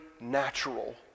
natural